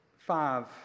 five